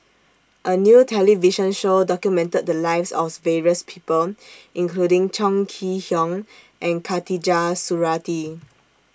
A New television Show documented The Lives of various People including Chong Kee Hiong and Khatijah Surattee